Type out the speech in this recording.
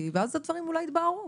ואז הדברים אולי יתבהרו.